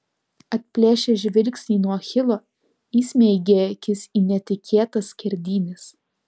atplėšęs žvilgsnį nuo achilo įsmeigė akis į netikėtas skerdynes